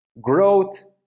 growth